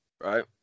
right